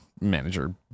manager